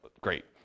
great